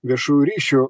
viešųjų ryšių